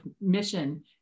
mission